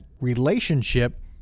relationship